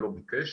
לא מבקש